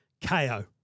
KO